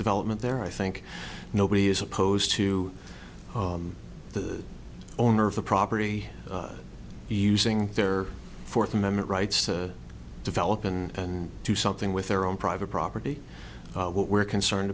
development there i think nobody is opposed to the owner of the property using their fourth amendment rights to develop and do something with their own private property what we're concerned